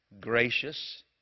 gracious